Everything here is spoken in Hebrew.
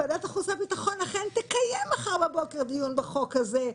ועדת החוץ והביטחון אכן תקיים מחר בבוקר דיון בחוק הזה,